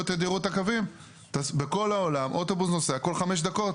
את תדירות הקווים בכל העולם אוטובוס נוסע כל 5 דקות,